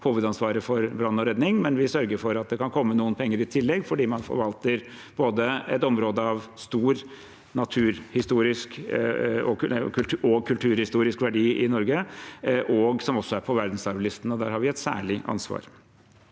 hovedansvaret for brann og redning, men vi sørger for at det kan komme noen penger i tillegg fordi man forvalter et område som er av både stor naturhistorisk og kulturhistorisk verdi i Norge, og som også er på verdensarvlisten. Der har vi et særlig ansvar.